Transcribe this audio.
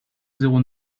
zéro